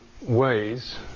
ways